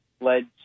led